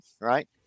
right